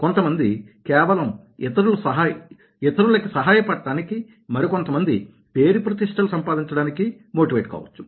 కొంతమంది కేవలం ఇతరులకి సహాయపడటానికి మరికొంతమంది పేరు ప్రతిష్టలు సంపాదించడానికి మోటివేట్ కావచ్చు